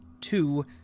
two